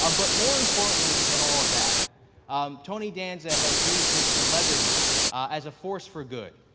um but more importantly than all of that um tony danza has used his celebrity as a force for good.